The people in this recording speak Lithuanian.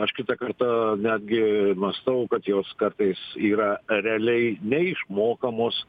aš kitą kartą netgi mąstau kad jos kartais yra realiai neišmokamos